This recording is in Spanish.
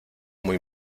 muy